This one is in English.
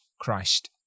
Christ